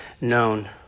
known